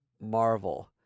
Marvel